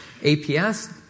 APS